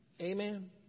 amen